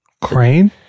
Crane